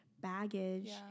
baggage